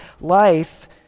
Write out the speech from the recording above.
Life